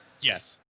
yes